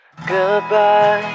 Goodbye